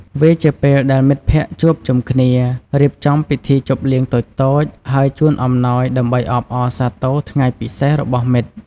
វាជាពេលដែលមិត្តភក្តិជួបជុំគ្នា រៀបចំពិធីជប់លៀងតូចៗ ហើយជូនអំណោយដើម្បីអបអរសាទរថ្ងៃពិសេសរបស់មិត្ត។